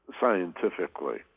scientifically